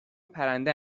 پرنده